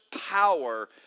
power